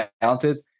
talented